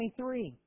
23